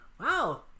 wow